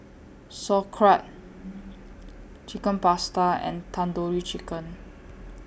Sauerkraut Chicken Pasta and Tandoori Chicken